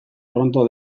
pronto